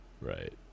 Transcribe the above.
right